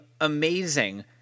Amazing